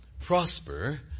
prosper